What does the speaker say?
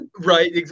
Right